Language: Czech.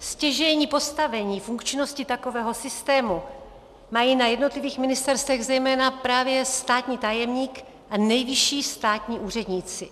Stěžejní postavení funkčnosti takového systému mají na jednotlivých ministerstvech zejména právě státní tajemník a nejvyšší státní úředníci.